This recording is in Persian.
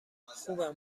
خوبم